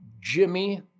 jimmy